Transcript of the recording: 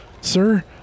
Sir